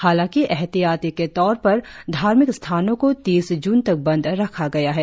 हालांकि एहतियाती के तौर पर धार्मिक स्थानों को तीस जून तक बंद रखा गया है